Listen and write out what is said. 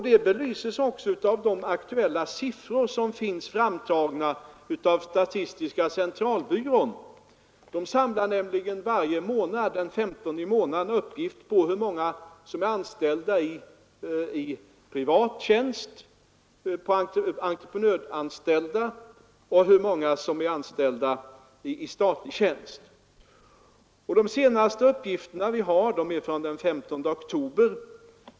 Detta belyses också av de aktuella siffror som framtagits av statistiska centralbyrån, som den 15 i varje månad samlar uppgifter på hur många som är entreprenörsanställda och hur många som är anställda i statlig tjänst. De senaste uppgifterna är från den 15 oktober.